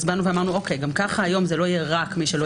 אז באנו ואמרנו שגם כך היום זה לא יהיה רק מי שלא